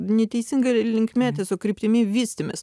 neteisinga linkme tiesiog kryptimi vystėmis